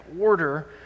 order